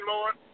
Lord